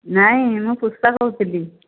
ନାଇଁ ମୁଁ ପୁଷ୍ପା କହୁଥିଲି